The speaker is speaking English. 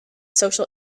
social